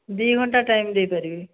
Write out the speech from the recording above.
ଦୁଇ ଘଣ୍ଟା ଟାଇମ୍ ଦେଇପାରିବି